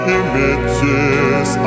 images